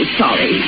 sorry